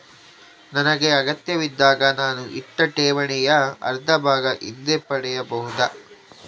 ನನಗೆ ಅಗತ್ಯವಿದ್ದಾಗ ನಾನು ಇಟ್ಟ ಠೇವಣಿಯ ಅರ್ಧಭಾಗ ಹಿಂದೆ ಪಡೆಯಬಹುದಾ?